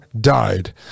died